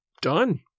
Done